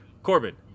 Corbin